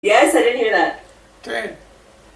Yes, I didn't hear that, כן.